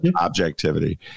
Objectivity